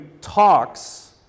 talks